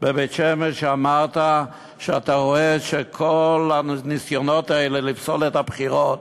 בבית-שמש שאמר שאתה רואה שכל הניסיונות האלה לפסול את הבחירות